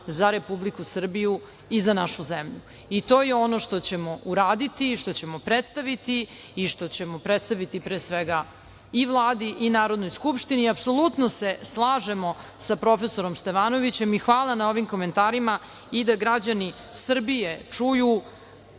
za Republiku Srbiju i za našu zemlju. To je ono što ćemo uraditi i što ćemo predstaviti i što ćemo predstaviti, pre svega, i Vladi i Narodnoj skupštini. Apsolutno se slažemo sa profesorom Stevanovićem i hvala na ovim komentarima i da građani Srbije čuju